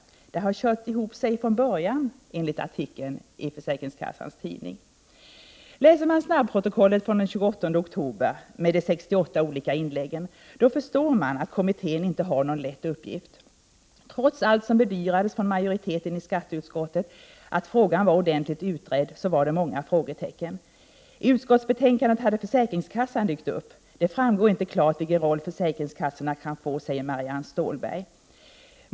Det har kört ihop sig från början, enligt artikeln i försäkringskassornas tidning. Läser man snabbprotokollet från den 28 oktober, med de 68 olika inläggen, förstår man att kommittén inte har någon lätt uppgift. Trots vad som bedyrades från majoriteten i skatteutskottet — att frågan var ordentligt utredd — fanns det många frågetecken. I utskottsbetänkandet hade försäkringskassan dykt upp. Det framgår inte klart vilken roll försäkringskassorna skall få, sade Marianne Stålberg.